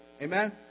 Amen